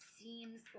seems